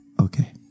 Okay